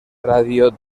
radio